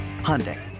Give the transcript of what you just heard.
Hyundai